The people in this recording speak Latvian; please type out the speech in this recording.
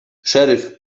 šerif